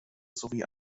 sowie